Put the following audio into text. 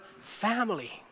family